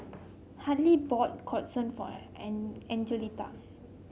Hadley bought Katsudon for An An Angelita